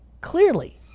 clearly